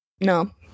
No